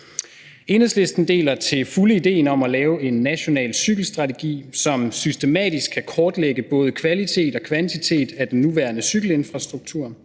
Enhedslisten deler til fulde idéen om at lave en national cykelstrategi, som systematisk kan kortlægge både kvalitet og kvantitet i den nuværende cykelinfrastruktur